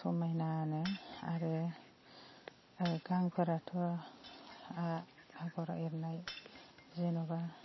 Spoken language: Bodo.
समायनानो आरो गांफोराथ' आ आगर एरनाय जेन'बा